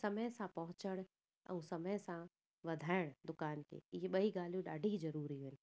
समय सां पहुचण ऐं समय सां वधाइणु दुकान खे इहे ॿई ॻाल्हियूं ॾाढी ज़रूरियूं आहिनि